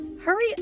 Hurry